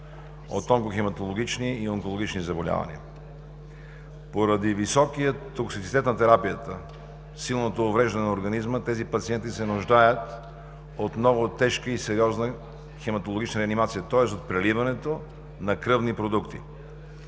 от онкохематологични и онкологични заболявания. Поради високия токсизитет на терапията, силното увреждане на организма, тези пациенти се нуждаят от много тежка и сериозна хематологична анимация, тоест от преливането на кръвни продукти.